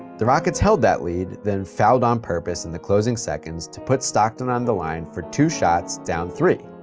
the rockets held that lead, then fouled on purpose in the closing seconds to put stockton on the line for two shots down three.